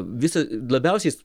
viso labiausiai